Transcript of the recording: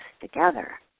together